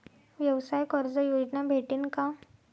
व्यवसाय कर्ज योजना भेटेन का?